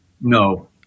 No